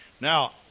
Now